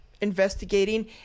investigating